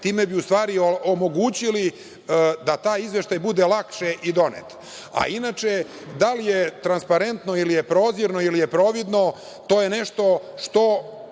Time bi u stvari omogućili da taj izveštaj bude lakše i donet. Inače, da li je transparentno ili je prozirno, ili je providno. To je nešto što